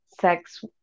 sex